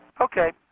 Okay